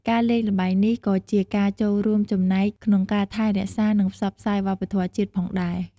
ការលេងល្បែងនេះ ក៏ជាការចូលរួមចំណែកក្នុងការថែរក្សា និងផ្សព្វផ្សាយវប្បធម៌ជាតិផងដែរ។